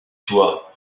toi